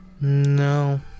No